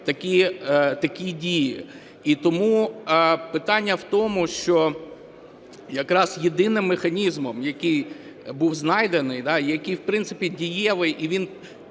такі дії. І тому питання в тому, що якраз єдиним механізмом, який був знайдений і який, в принципі, дієвий,